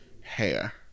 hair